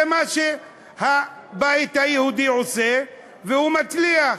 זה מה שהבית היהודי עושה, והוא מצליח.